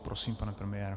Prosím, pane premiére.